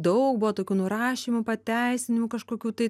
daug buvo tokių nurašymų pateisinimų kažkokių tai